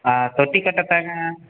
ஆ தொட்டி கட்டதாங்க